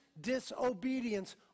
disobedience